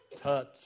Touch